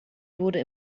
wurde